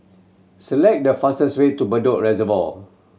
select the fastest way to Bedok Reservoir